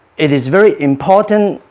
it is very important